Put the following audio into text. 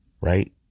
right